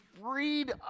freed